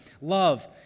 love